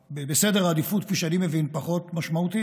בסדר העדיפויות כפי שאני מבין זאת זה פחות משמעותי,